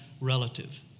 relative